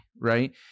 right